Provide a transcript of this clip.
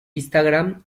instagram